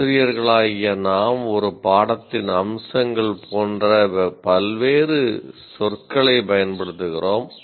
ஆசிரியர்களாகிய நாம் ஒரு பாடத்தின் அம்சங்கள் போன்ற பல்வேறு சொற்களைப் பயன்படுத்துகிறோம்